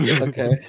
Okay